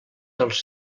dels